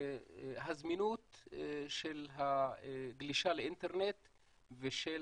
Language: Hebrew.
הזמינות של הגלישה לאינטרנט ושל